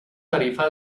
tarifa